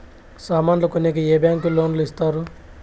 సామాన్లు కొనేకి ఏ బ్యాంకులు లోను ఇస్తారు?